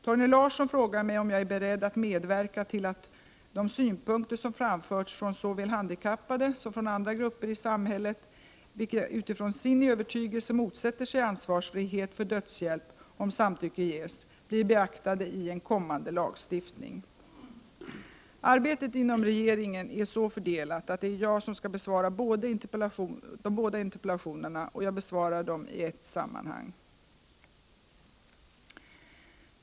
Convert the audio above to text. Torgny Larsson frågar mig om jag är beredd att medverka till att synpunkter som framförts såväl från handikappade som från andra grupper i samhället, vilka utifrån sin övertygelse motsätter sig ansvarsfrihet för dödshjälp om samtycke ges, blir beaktade i en kommande lagstiftning. Arbetet inom regeringen är så fördelat att det är jag som skall besvara båda interpellationerna och jag besvarar dem i ett sammanhang.